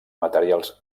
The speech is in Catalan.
materials